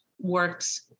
works